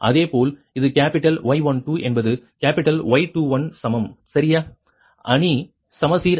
அதேபோல் இது capital Y12 என்பது கேப்பிட்டல் Y21 சமம் சரியா அணி சமச்சீர் ஆகும்